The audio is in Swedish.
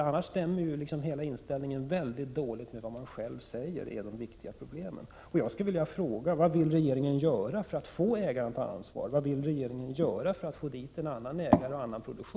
Annars stämmer inställningen väldigt dåligt med vad man säger om dessa viktiga problem.